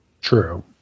true